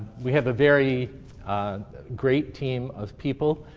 we have a very great team of people.